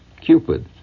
Cupid